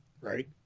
right